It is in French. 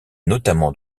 notamment